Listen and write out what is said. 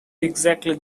exactly